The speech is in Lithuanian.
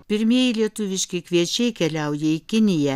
pirmieji lietuviški kviečiai keliauja į kiniją